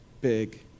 big